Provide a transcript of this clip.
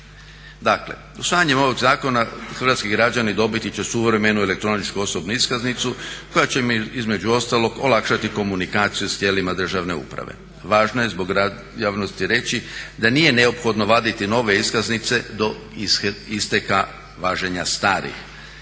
Dakle usvajanjem ovog zakona dobiti će suvremenu elektroničku osobnu iskaznicu koja će im između olakšati komunikaciju s tijelima državne uprave. Važno je zbog javnosti reći da nije neophodno vaditi nove iskaznice do isteka važenja starih.